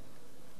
התמודד